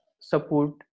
support